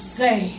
say